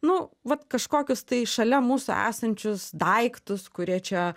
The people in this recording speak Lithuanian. nu vat kažkokius tai šalia mūsų esančius daiktus kurie čia